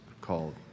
called